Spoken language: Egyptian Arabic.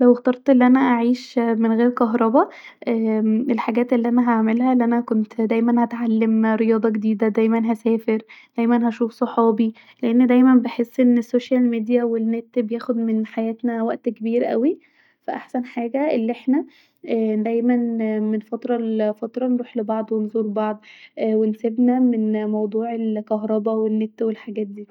لو اخترت أن انا اعيش من غير كهربه الا الحاجات الي انا هعملها دايمت هتعلم رياضه جديده دايما هسافر دايما هشوف صحابي لاني دايما بحس أن السوشيال ميديا و النت بياخد من حياتنا وقت كبير اوي ف احسن حاجه أن احنا ااامم دايما من فتره كل فتره نروح لبعض ونزور بعض ونسيبنا من موضوع الكهربه والنت والحاجات ديه